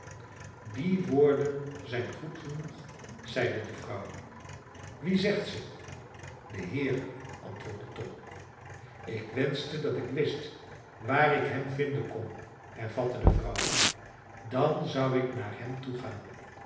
die woorden zijn goed genoeg zeide de vrouw wie zegt ze de heere antwoordde tom ik wenschte dat ik wist waar ik hem vinden kon hervatte de vrouw dan zou ik naar hem toegaan